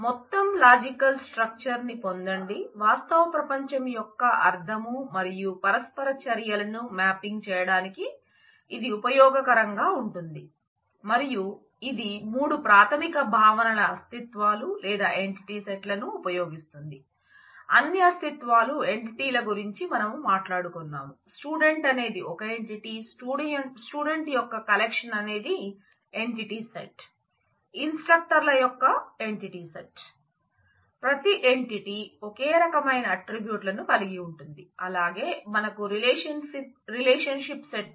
మొత్తం లాజికల్ స్ట్రక్చర్న్ని పొందండి వాస్తవ ప్రపంచం యొక్క అర్థం మరియు పరస్పర చర్యలను మ్యాపింగ్ చేయడానికి ఇది ఉపయోగకరంగా ఉంటుంది మరియు ఇది 3 ప్రాథమిక భావనల అస్థిత్వాలు లేదా ఎంటిటీ సెట్ లను ఉపయోగిస్తుంది అన్ని అస్థిత్వాలు ఎంటిటీల గురించి మనం మాట్లాడుకున్నాం స్టూడెంట్ అనేది ఒక ఎంటిటీ స్టూడెంట్ యొక్క కలెక్షన్ అనేది ఎంటిటీ సెట్ ఇన్స్ట్రక్టర్ ల యొక్క ఎంటిటీ సెట్